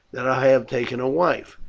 that i have taken a wife.